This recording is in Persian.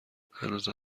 هنوزم